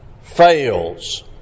fails